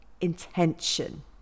intention